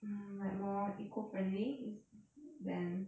mm like more eco-friendly is it then